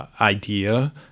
idea